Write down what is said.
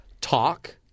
talk